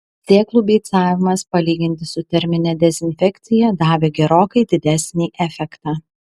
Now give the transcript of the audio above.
sėklų beicavimas palyginti su termine dezinfekcija davė gerokai didesnį efektą